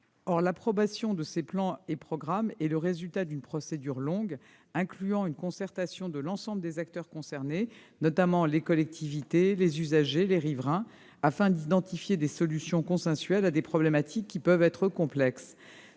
Or l'approbation de ces plans et programmes est le résultat d'une procédure longue, incluant une concertation de l'ensemble des acteurs concernés, notamment les collectivités, les usagers, les riverains, afin d'identifier des solutions consensuelles à des problématiques qui peuvent être complexes.